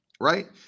right